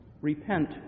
Repent